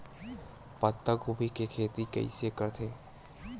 पत्तागोभी के खेती कइसे करथे?